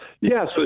Yes